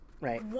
Right